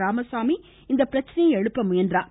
ராமசாமி இந்த பிரச்சனையை எழுப்ப முயன்றார்